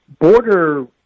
border